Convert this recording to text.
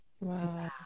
Wow